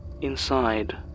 Inside